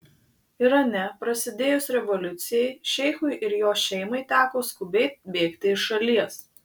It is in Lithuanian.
irane prasidėjus revoliucijai šeichui ir jo šeimai teko skubiai bėgti iš šalies